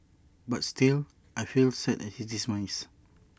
but still I feel sad at his demise